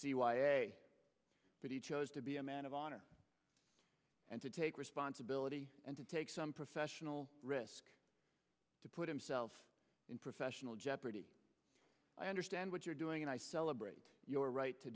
cia but he chose to be a man of honor and to take responsibility and to take some professional risk to put himself in professional jeopardy i understand what you're doing and i celebrate your right to